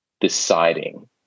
deciding